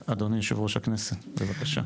אדוני, יושב-ראש הכנסת, בבקשה.